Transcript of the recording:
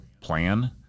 plan